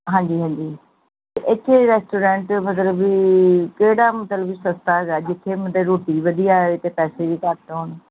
ਹਾਂਜੀ ਹਾਂਜੀ ਅਤੇ ਇੱਥੇ ਰੈਸਟੋਰੈਂਟ ਮਤਲਬ ਵੀ ਕਿਹੜਾ ਮਤਲਬ ਵੀ ਸਸਤਾ ਹੈਗਾ ਜਿੱਥੇ ਮਤਲਬ ਰੋਟੀ ਵਧੀਆ ਹੈ ਅਤੇ ਪੈਸੇ ਵੀ ਘੱਟ ਹੋਣ